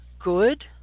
good